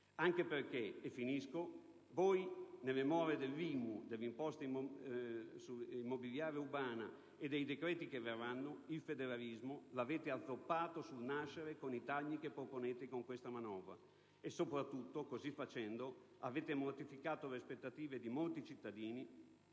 Anche perché - e concludo - voi nelle more dell'IMU, l'imposta municipale unica, e dei decreti che verranno il federalismo lo avete azzoppato sul nascere con i tagli che proponete con questa manovra. Soprattutto, così facendo, avete mortificato le aspettative di molti cittadini